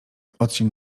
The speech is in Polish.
odcień